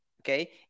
okay